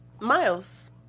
Miles